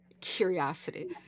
curiosity